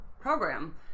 program